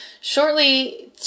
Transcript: shortly